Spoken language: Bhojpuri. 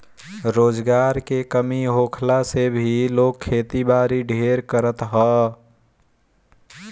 रोजगार के कमी होखला से भी लोग खेती बारी ढेर करत हअ